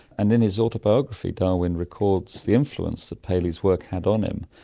and in his autobiography darwin records the influence that paley's work had on him.